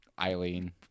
Eileen